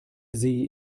see